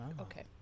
okay